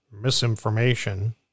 misinformation